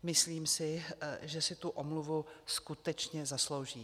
Myslím si, že si tu omluvu skutečně zaslouží.